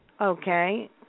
Okay